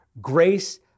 grace